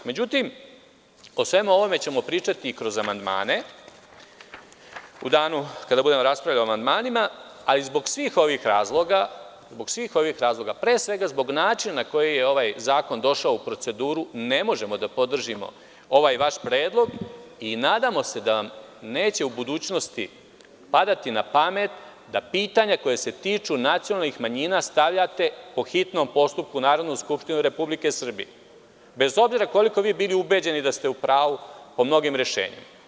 Međutim, o svemu ovome ćemo pričati i kroz amandmane, u danu kada budemo raspravljali o amandmanima, ali zbog svih ovih razloga, pre svega zbog načina na koji je ovaj zakon došao u proceduru, ne možemo da podržimo ovaj vaš predlog i nadamo se da vam neće u budućnosti padati da pitanja koja se tiču nacionalnih manjina stavljate po hitnom postupku u Narodnu skupštinu Republike Srbije, bez obzira koliko vi bili ubeđeni da ste u pravu po mnogim rešenjima.